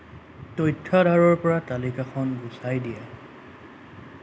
তথ্যাধাৰৰ পৰা তালিকাখন গুচাই দিয়া